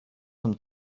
zum